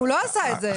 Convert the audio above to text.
הוא לא עשה את זה.